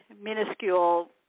minuscule